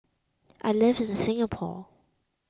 I lives in Singapore